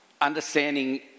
understanding